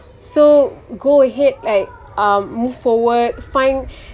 so go ahead like um move forward find